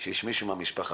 כשיש מישהו מהמשפחה.